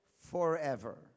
forever